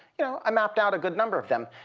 you know, i mapped out a good number of them.